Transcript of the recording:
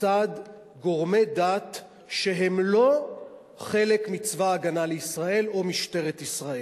מצד גורמי דת שהם לא חלק מצבא-הגנה לישראל או ממשטרת ישראל.